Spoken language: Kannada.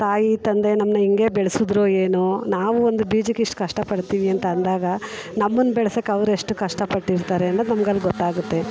ತಾಯಿ ತಂದೆ ನಮ್ಮನ್ನ ಹಿಂಗೆ ಬೆಳ್ಸಿದ್ರೊ ಏನೋ ನಾವು ಒಂದು ಬೀಜಕ್ಕೆ ಇಷ್ಟು ಕಷ್ಟ ಪಡ್ತೀವಿ ಅಂತ ಅಂದಾಗ ನಮ್ಮನ್ನ ಬೆಳ್ಸೋಕೆ ಅವ್ರು ಎಷ್ಟು ಕಷ್ಟ ಪಟ್ಟಿರ್ತಾರೆ ಅನ್ನೋದು ನಮಗೆ ಅಲ್ಲಿ ಗೊತ್ತಾಗುತ್ತೆ